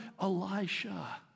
Elisha